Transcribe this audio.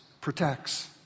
protects